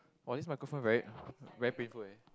what this my girlfriend very very painful eh